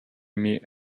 meet